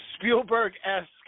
Spielberg-esque